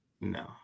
No